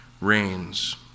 reigns